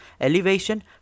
elevation